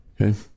Okay